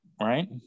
right